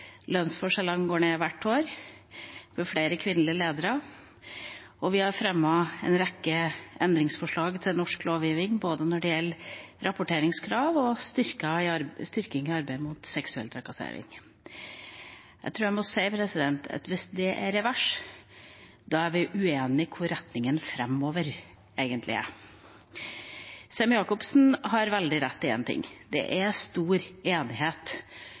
lønnsforskjellene går ned hvert år, det blir flere kvinnelige ledere, og vi har fremmet en rekke endringsforslag til norsk lovgiving når det gjelder både rapporteringskrav og styrking av arbeidet mot seksuell trakassering. Jeg tror jeg må si at hvis det er å gå i revers, da er vi uenige om hvor retningen framover egentlig er. Representanten Sem-Jacobsen har veldig rett i én ting: Det er stor enighet